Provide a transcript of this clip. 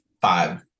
five